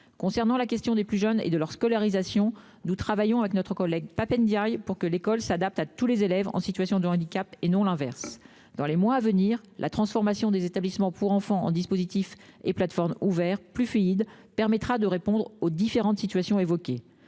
Concernant la question des plus jeunes et de leur scolarisation, mon collègue Pap Ndiaye et moi-même travaillons à ce que l'école s'adapte à tous les élèves en situation de handicap et non l'inverse. Dans les mois à venir, la transformation des établissements pour enfants en dispositifs et plateformes ouverts, plus fluides, permettra de répondre aux différentes situations évoquées.